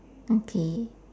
okay